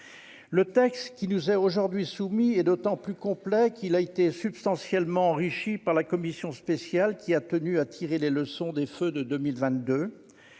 Le texte qui nous est aujourd'hui soumis est d'autant plus complet qu'il a été substantiellement enrichi par la commission spéciale, laquelle a tenu à tirer les leçons des feux de 2022